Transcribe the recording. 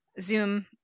Zoom